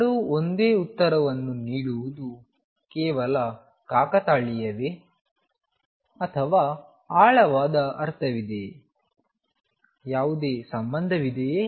ಎರಡೂ ಒಂದೇ ಉತ್ತರವನ್ನು ನೀಡುವುದು ಕೇವಲ ಕಾಕತಾಳೀಯವೇ ಅಥವಾ ಆಳವಾದ ಅರ್ಥವಿದೆಯೇ ಯಾವುದೇ ಸಂಬಂಧವಿದೆಯೇ